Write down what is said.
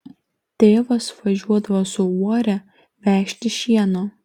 tėvas važiuodavo su uore vežti šieno